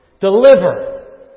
deliver